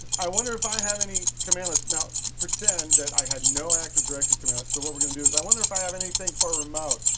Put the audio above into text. i wonder if i have any cmdlets. now, pretend that i had no active directory cmdlets. so what we're going to do is i wonder if i have anything for remote.